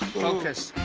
focus.